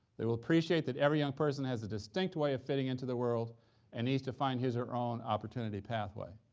they will appreciate that every young person has a distinct way of fitting into the world and each define his own opportunity pathway,